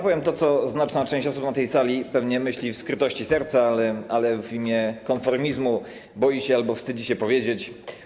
Powiem to, co znaczna część osób na tej sali pewnie myśli w skrytości serca, ale w imię konformizmu boi się albo wstydzi się o tym powiedzieć.